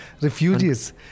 refugees